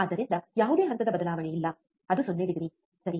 ಆದ್ದರಿಂದ ಯಾವುದೇ ಹಂತದ ಬದಲಾವಣೆಯಿಲ್ಲ ಅದು 0 ಡಿಗ್ರಿ ಸರಿ